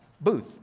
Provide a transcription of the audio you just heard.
booth